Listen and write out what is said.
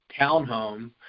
townhome